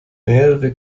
mehrere